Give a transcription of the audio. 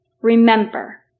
Remember